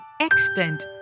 extent